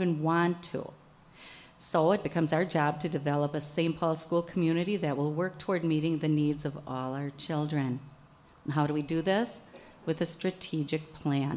even want to so it becomes our job to develop a same paul's school community that will work toward meeting the needs of all our children how do we do this with a strategic plan